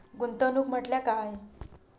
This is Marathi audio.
गुंतवणूक म्हटल्या काय?